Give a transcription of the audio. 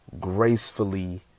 gracefully